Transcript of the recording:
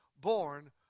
born